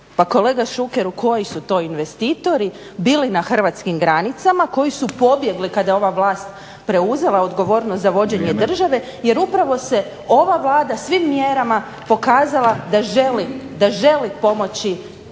kolega Šukeru koji su to investitori bili na hrvatskim granicama koji su pobjegli kada j ova vlast preuzela odgovornost za vođenje države jer upravo se ova Vlada svim mjerama pokazala da želi pomoći